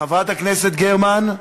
חברת הכנסת גרמן,